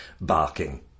barking